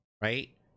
right